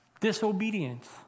Disobedience